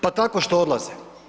Pa tako što odlaze.